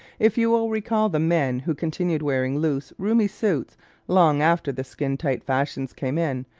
if you will recall the men who continued wearing loose, roomy suits long after the skin-tight fashions came in,